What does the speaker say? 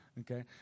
okay